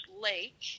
Lake